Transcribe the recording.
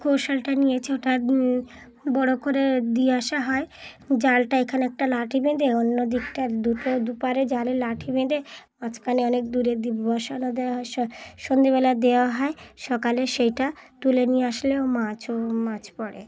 কৌশলটা নিয়েছে ওটা বড়ো করে দিয়ে আসা হয় জালটা এখানে একটা লাঠি বেঁধে অন্য দিকটা দুটো দুপারে জালে লাঠি বেঁধে মাঝখানে অনেক দূরে বসানো দেওয়া হয় সন্ধ্যেবেলা দেওয়া হয় সকালে সেইটা তুলে নিয়ে আসলেও মাছও মাছ পড়ে